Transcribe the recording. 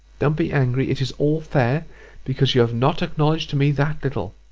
don't be angry. it is all fair because you have not acknowledged to me that little.